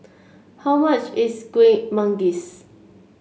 how much is Kueh Manggis